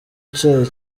icyayi